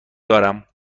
دارم